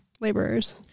laborers